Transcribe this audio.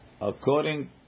According